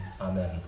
amen